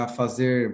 fazer